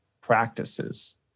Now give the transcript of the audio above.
practices